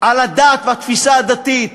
על הדת והתפיסה הדתית,